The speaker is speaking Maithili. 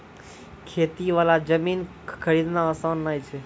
खेती वाला जमीन खरीदना आसान नय छै